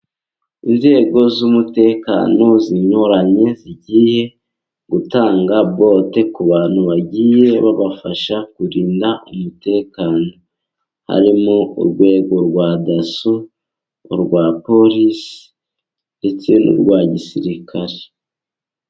Inzego z'umutekano zinyuranye zigiye gutanga bote ku bantu bagiye babafasha, kurinda umutekano. Harimo urwego rwa daso, urwa polisi ndetse n'urwa gisirikare.